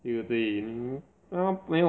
对不对 hmm 她没有看到东西你去讲做么